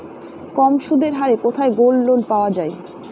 কম সুদের হারে কোথায় গোল্ডলোন পাওয়া য়ায়?